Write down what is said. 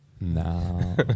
no